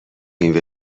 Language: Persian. این